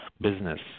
business